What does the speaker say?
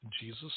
Jesus